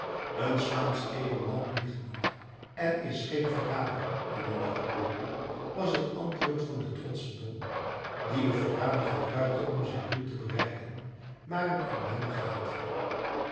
een spaansch edelman liegt niet en is geen verrader ellendige poorter was het antwoord van den trotschen don die den verrader gebruikte om zijn doel te bereiken maar hem inwendig haatte